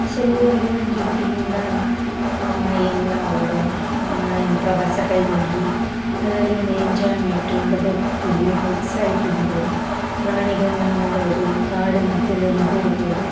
so ಇದು ಒಂದು ರೀತಿಯಿಂದ ಏನು ನಾವು ಏನು ಪ್ರವಾಸ ಕೈಗೊಂಡ್ವಿ ಅದರಲ್ಲಿ ಒಂದು ಎಂಜೋಯ್ಮೆಂಟ್ ಒಂದು ಭಕ್ತಿ ಒಂದು ಎಕ್ಸೈಟಿಂಗು ಪ್ರಾಣಿಗಳನ್ನ ನೋಡೋದು ಕಾಡು ಮಧ್ಯದಲ್ಲಿ ಹೋಗೋದು